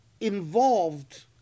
involved